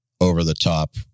over-the-top